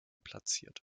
platziert